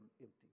empty